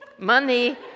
Money